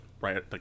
right